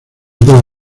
puede